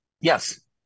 Yes